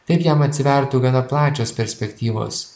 taip jam atsivertų gana plačios perspektyvos